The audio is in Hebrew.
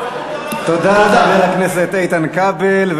תודה לחבר הכנסת איתן כבל.